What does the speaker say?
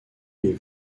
les